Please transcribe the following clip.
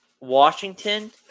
Washington